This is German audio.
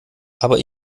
aber